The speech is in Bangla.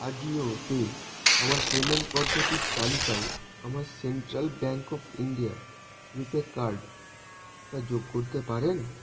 আজিও তে আমার পেমেন্ট পদ্ধতির তালিকায় আমার Central Bank of India RuPay কার্ডটা যোগ করতে পারেন